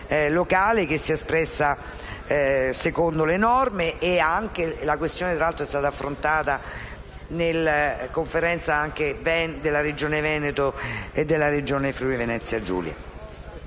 che si è espressa secondo le norme. La questione è stata anche affrontata nella Conferenza della Regione Veneto e della Regione Friuli-Venezia Giulia.